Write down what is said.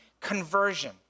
conversion